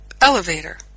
elevator